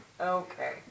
okay